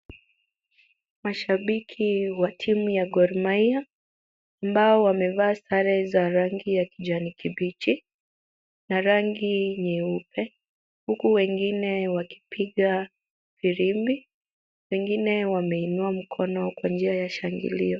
Mashabiki wa timu ya Gor Mahia ambao wamevaa sare za rangi ya kijani kibichi na rangi nyeupe huku wengine wakipiga firimbi ,wengine wameinua mikono kwa njia ya shangilio.